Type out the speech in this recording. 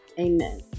Amen